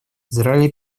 израиль